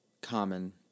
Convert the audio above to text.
common